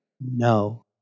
No